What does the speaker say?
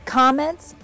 comments